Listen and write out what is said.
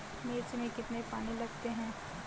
मिर्च में कितने पानी लगते हैं?